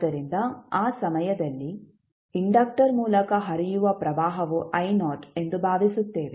ಆದ್ದರಿಂದ ಆ ಸಮಯದಲ್ಲಿ ಇಂಡಕ್ಟರ್ ಮೂಲಕ ಹರಿಯುವ ಪ್ರವಾಹವು ಎಂದು ಭಾವಿಸುತ್ತೇವೆ